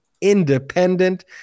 independent